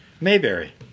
Mayberry